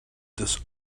this